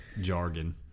Jargon